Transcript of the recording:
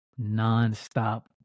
nonstop